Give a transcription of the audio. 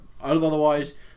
Otherwise